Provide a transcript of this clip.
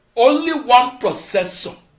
only one processor